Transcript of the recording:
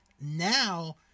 Now